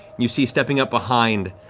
you see stepping up behind,